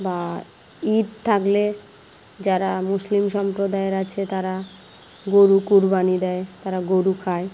বা ঈদ থাকলে যারা মুসলিম সম্প্রদায়ের আছে তারা গরু কুরবানি দেয় তারা গরু খায়